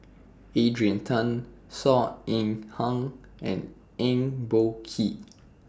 Adrian Tan Saw Ean Ang and Eng Boh Kee